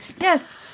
Yes